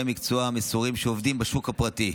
המקצוע המסורים שעובדים בשוק הפרטי,